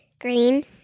Green